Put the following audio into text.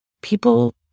People